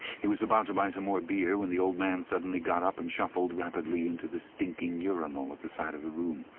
he was about to buy some more beer when the old man suddenly got up and shuffled rapidly into the stinking urinal at the side of the room.